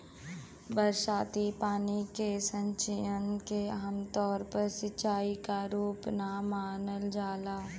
बरसाती पानी के संचयन के आमतौर पर सिंचाई क रूप ना मानल जाला